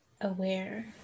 aware